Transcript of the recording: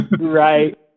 right